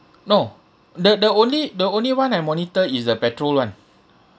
no the the only the only [one] I monitor is the petrol [one]